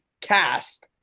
cast